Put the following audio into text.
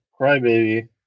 Crybaby